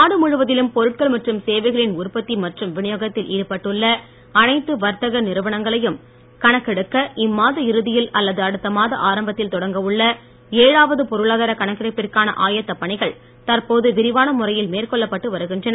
நாடு முழுவதிலும் பொருட்கள் மற்றும் சேவைகளின் உற்பத்தி மற்றும் வினியோகத்தில் ஈடுபட்டுள்ள அனைத்து வர்த்தக நிறுவனங்களையும் கணக்கெடுக்க இம்மாத இறுதியில் அல்லது அடுத்த மாத ஆரம்பத்தில் தொடங்க உள்ள கணக்கெடுப்பிற்கான ஆயத்த பணிகள் தற்போது விரிவான முறையில் மேற்கொள்ளப்பட்டு வருகின்றன